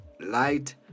light